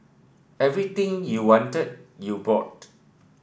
everything you wanted you bought